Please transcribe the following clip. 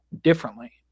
differently